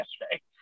yesterday